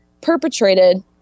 perpetrated